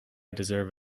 deserve